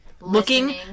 Looking